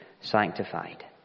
sanctified